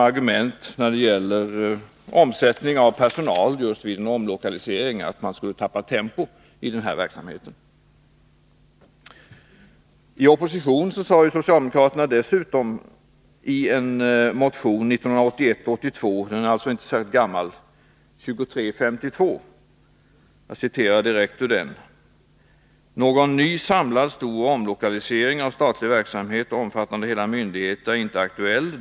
Att man skulle tappa tempo i denna verksamhet på grund av omsättningen av personal vid en omlokalisering används ju som ett argument. ”Någon ny samlad stor omlokalisering av statlig verksamhet omfattande hela myndigheter är inte aktuell.